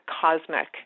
cosmic